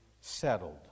settled